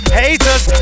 haters